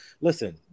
listen